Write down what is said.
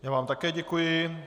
Já vám také děkuji.